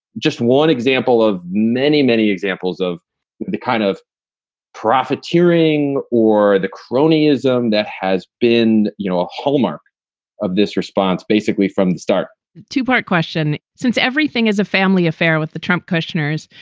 just one example of many, many examples of the kind of profiteering or the cronyism that has been you know a hallmark of this response basically from the start two part question, since everything is a family affair with the trump questioners,